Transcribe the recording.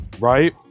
right